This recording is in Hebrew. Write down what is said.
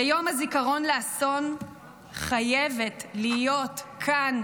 ביום הזיכרון לאסון חייבת להיות כאן,